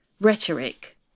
rhetoric